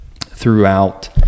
throughout